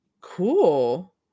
Cool